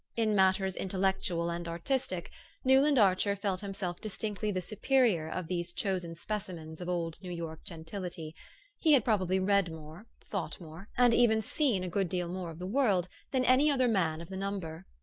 in matters intellectual and artistic newland archer felt himself distinctly the superior of these chosen specimens of old new york gentility he had probably read more, thought more, and even seen a good deal more of the world, than any other man of the number.